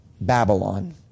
Babylon